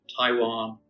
Taiwan